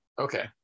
okay